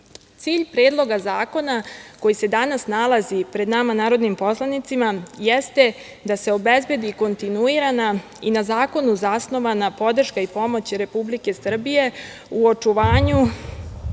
predloga zakona, koji se danas nalazi pred nama narodnim poslanicima, jeste da se obezbedi kontinuirana i na zakonu zasnovana podrška i pomoć Republike Srbije u očuvanju